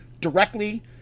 directly